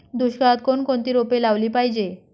दुष्काळात कोणकोणती रोपे लावली पाहिजे?